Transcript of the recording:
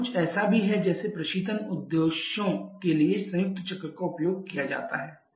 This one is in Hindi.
यह कुछ ऐसा भी है जैसे प्रशीतन उद्देश्यों के लिए संयुक्त चक्र का उपयोग किया जाता है